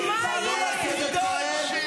ואללה, קשה בתנאי המעצר.